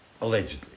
allegedly